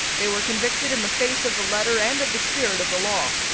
they were convicted in the face of the letter and of the spirit of the law.